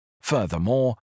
Furthermore